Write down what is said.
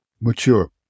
mature